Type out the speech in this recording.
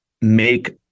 make